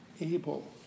able